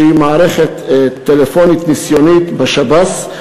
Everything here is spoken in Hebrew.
שהיא מערכת טלפונית ניסיונית בשב"ס,